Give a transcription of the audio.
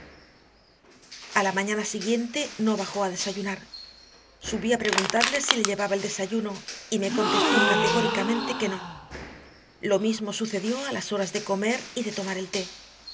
la mañana siguiente no bajó a desayunar subí a preguntarle si le llevaba el desayuno y me contestó categóricamente que no lo mismo sucedió a las horas de comer y de tomar el té